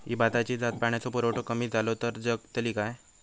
ही भाताची जात पाण्याचो पुरवठो कमी जलो तर जगतली काय?